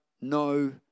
no